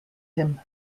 him